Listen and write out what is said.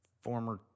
former